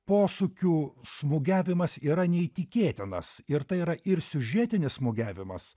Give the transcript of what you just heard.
posūkių smūgiavimas yra neįtikėtinas ir tai yra ir siužetinis smūgiavimas